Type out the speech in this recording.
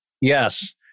Yes